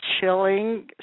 chilling